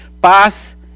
paz